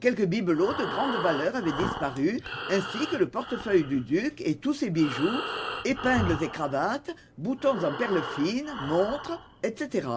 quelques bibelots de grande valeur avaient disparu ainsi que le portefeuille du duc et tous ses bijoux épingles et cravate boutons en perles fines montre etc